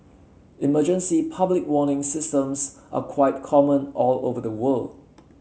emergency public warning systems are quite common all over the world